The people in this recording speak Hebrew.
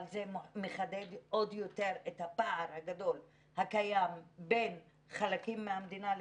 אבל זה מחדד עוד יותר את הפער הגדול הקיים בין חלקים מהמדינה.